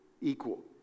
equal